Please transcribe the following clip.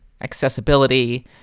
accessibility